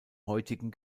heutigen